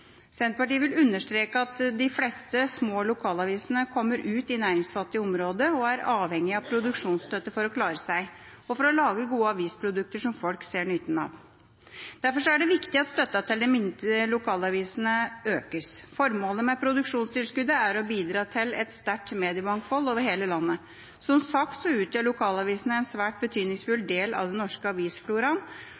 Senterpartiet vil understreke at de fleste små lokalavisene kommer ut i næringsfattige områder og er avhengig av produksjonsstøtte for å klare seg og for å lage gode avisprodukter som folk ser nytten av. Derfor er det viktig at støtten til de minste lokalavisene økes. Formålet med produksjonstilskuddet er å bidra til et sterkt mediemangfold over hele landet. Som sagt utgjør lokalavisene en svært betydningsfull